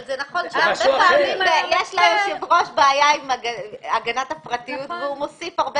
הרבה פעמים ליושב ראש יש בעיה עם הגנת הפרטיות והוא מוסיף הרבה